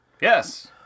Yes